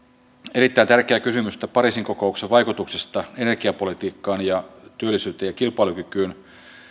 erittäin tärkeää kysymystä pariisin kokouksen vaikutuksista energiapolitiikkaan työllisyyteen ja kilpailukykyyn